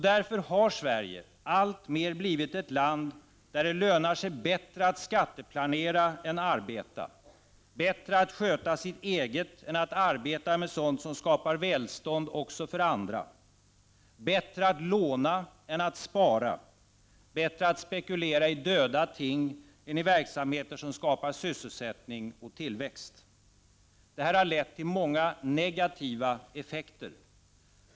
Därför har Sverige alltmer blivit ett land där det lönar sig bättre att skatteplanera än att arbeta, bättre att sköta sitt eget än att arbeta med det som skapar välstånd också för andra, bättre att låna än att spara, bättre att spekulera i döda ting än i verksamheter som skapar sysselsättning och tillväxt. Detta har lett till många negativa effekter.